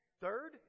Third